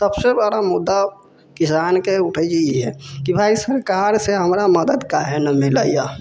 सबसे बड़ा मुद्दा किसान के उठै छै ईहे की भाइ सरकार से हमरा मदद काहे न मिलैया